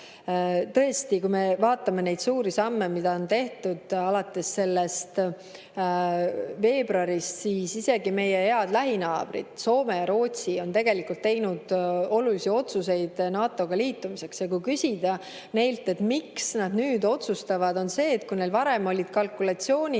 Tõesti, kui me vaatame neid suuri samme, mida on tehtud alates veebruarist, siis isegi meie head lähinaabrid Soome ja Rootsi on tegelikult teinud olulisi otsuseid NATO‑ga liitumiseks. Ja kui küsida neilt, et miks nad nüüd otsustavad, [siis vastus] on see, et kui neil varem olid kalkulatsioonid,